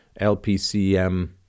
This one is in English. LPCM